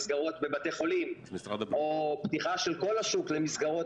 מסגרות בבתי חולים או פתיחה של כל השוק למסגרות